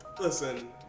listen